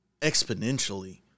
exponentially